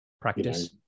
practice